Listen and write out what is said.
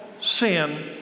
sin